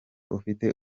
ufite